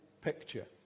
picture